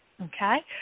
Okay